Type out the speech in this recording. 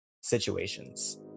situations